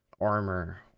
armor